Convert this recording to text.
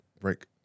Break